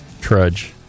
trudge